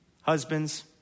Husbands